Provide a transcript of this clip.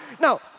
Now